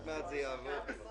לא רק שזה לא הגיע,